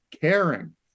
caring